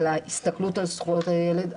על ההסתכלות על זכויות הילד,